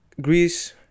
Greece